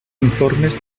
informes